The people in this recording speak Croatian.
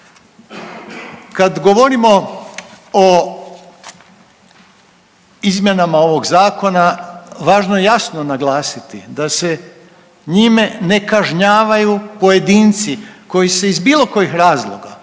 Kad govorimo o izmjenama ovog zakona važno je jasno naglasiti da se njime ne kažnjavaju pojedinci koji se iz bilo kojih razloga,